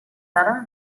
sala